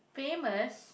famous